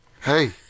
Hey